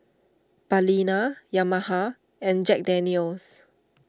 Balina Yamaha and Jack Daniel's